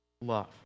love